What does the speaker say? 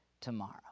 tomorrow